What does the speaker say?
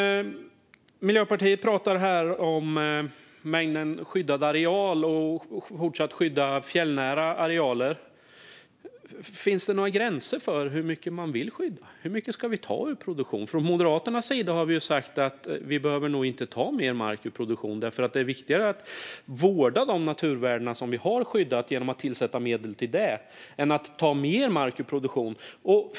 Miljöpartiet pratar här om mängden skyddad areal och om att fortsätta skydda fjällnära arealer. Finns det några gränser för hur mycket man vill skydda? Hur mycket ska vi ta ur produktion? Från Moderaternas sida har vi sagt att vi nog inte behöver ta mer mark ur produktion därför att det är viktigare att vårda de naturvärden vi har skyddat genom att tillsätta medel till det än att ta mer mark ur produktion.